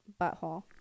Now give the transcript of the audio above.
Butthole